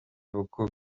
beaucoup